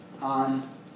on